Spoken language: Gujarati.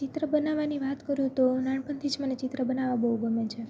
ચિત્ર બનાવવાની વાત કરું તો નાનપણથી જ મને ચિત્ર બનાવવા બહુ ગમે છે